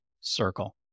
circle